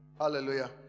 Hallelujah